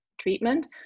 treatment